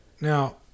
Now